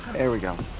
there we go.